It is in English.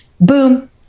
Boom